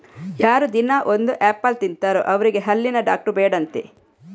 ಯಾರು ದಿನಾ ಒಂದು ಆಪಲ್ ತಿಂತಾರೋ ಅವ್ರಿಗೆ ಹಲ್ಲಿನ ಡಾಕ್ಟ್ರು ಬೇಡ ಅಂತೆ